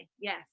yes